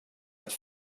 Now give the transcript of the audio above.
att